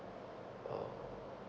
oh